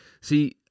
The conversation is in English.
See